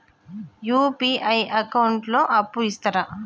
UPI account లో అప్పు ఇస్తరా?